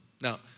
Now